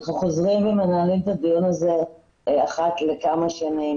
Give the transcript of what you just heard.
אנחנו חוזרים ומנהלים את הדיון הזה אחת לכמה שנים,